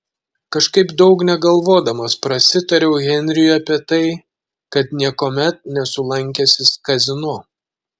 kažkaip daug negalvodamas prasitariau henriui apie tai kad niekuomet nesu lankęsis kazino